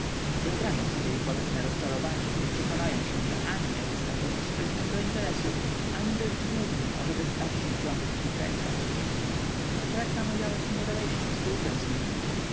wyobrażam sobie ich bolesne rozczarowanie kiedy przekonają się że ani jestem dość sprytnym do interesów ani dość głupim ażeby stać się pionkiem w ich rękach a tak namawiałeś mnie do wejścia w spółkę z nimi